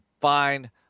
fine